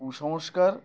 কুসংস্কার